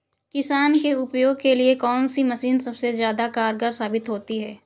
किसान के उपयोग के लिए कौन सी मशीन सबसे ज्यादा कारगर साबित होती है?